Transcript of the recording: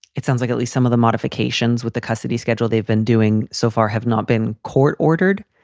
it sounds like at least some of the modifications with the custody schedule they've been doing so far have not been court ordered.